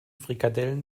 frikadellen